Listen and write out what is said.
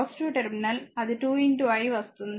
కాబట్టి అది టెర్మినల్ అది 2 i వస్తుంది